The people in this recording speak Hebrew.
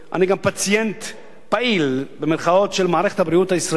אני גם פציינט "פעיל" של מערכת הבריאות הישראלית,